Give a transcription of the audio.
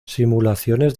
simulaciones